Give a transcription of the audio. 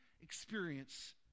experience